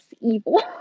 evil